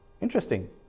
Interesting